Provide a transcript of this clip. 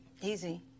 Easy